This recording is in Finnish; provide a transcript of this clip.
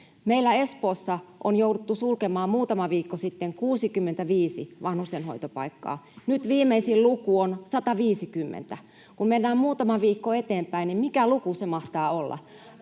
Meillä Espoossa on jouduttu sulkemaan muutama viikko sitten 65 vanhustenhoitopaikkaa, nyt viimeisin luku on 150. Kun mennään muutama viikko eteenpäin, niin mikä luku se mahtaa olla?